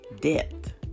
depth